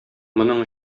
моның